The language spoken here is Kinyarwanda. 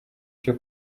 cyo